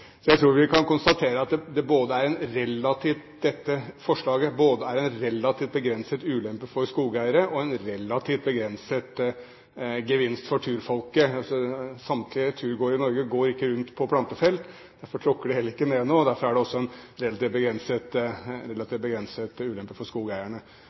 Så jeg tror vi kan konstatere at dette forslaget både er en relativt begrenset ulempe for skogeiere og en relativt begrenset gevinst for turfolket. Samtlige turgåere i Norge går ikke rundt på plantefelt. Derfor tråkker de heller ikke ned noe. Da er det også en relativt begrenset ulempe for skogeierne.